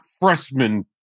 freshman